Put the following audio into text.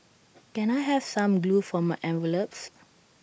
can I have some glue for my envelopes